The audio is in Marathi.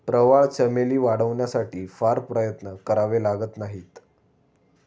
प्रवाळ चमेली वाढवण्यासाठी फार प्रयत्न करावे लागत नाहीत